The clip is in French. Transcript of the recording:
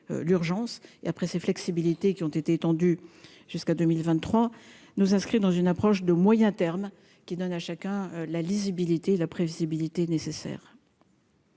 l'urgence et après c'est flexibilité qui ont été étendu jusqu'à 2023 nous inscrit dans une approche de moyen terme qui donne à chacun la lisibilité et la prévisibilité nécessaire.